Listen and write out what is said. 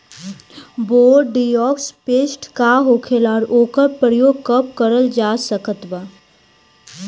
Bordeaux paste का होखेला और ओकर प्रयोग कब करल जा सकत बा?